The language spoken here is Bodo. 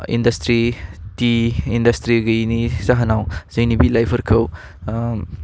इनडासट्रि थि एनडासट्रि गैयैनि जाहोनाव जोंनि बिलाइफोरखौ ओम